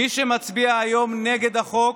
מי שמצביע היום נגד החוק,